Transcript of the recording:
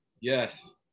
Yes